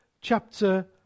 chapter